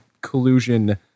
collusion